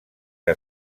que